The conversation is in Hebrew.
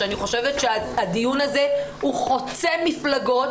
ואני חושבת שהדיון הזה הוא חוצה מפלגות,